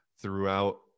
throughout